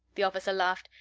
the officer laughed.